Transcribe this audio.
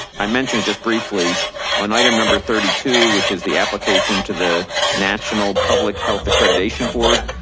i mentioned it just briefly on item number thirty two, which is the application to the national public health accreditation board.